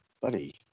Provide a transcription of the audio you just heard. Buddy